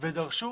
ודרשו